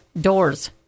doors